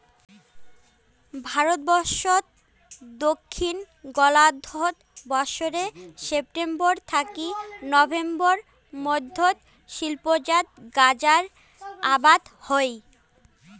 ভারতবর্ষত দক্ষিণ গোলার্ধত বছরে সেপ্টেম্বর থাকি নভেম্বর মধ্যত শিল্পজাত গাঁজার আবাদ হই